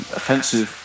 offensive